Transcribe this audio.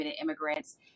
immigrants